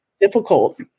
difficult